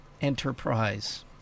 enterprise